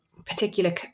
particular